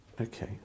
Okay